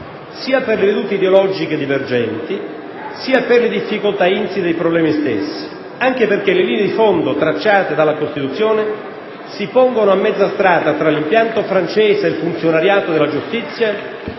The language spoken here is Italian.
sia per vedute ideologiche divergenti, sia per le difficoltà insite nei problemi stessi, anche perché le linee di fondo tracciate dalla Costituzione si pongono a mezza strada tra l'impianto francese del funzionariato della giustizia